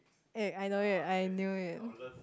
eh I know it I knew you